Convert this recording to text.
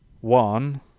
one